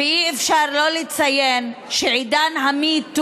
ואי-אפשר שלא לציין שעידן ה-Me Too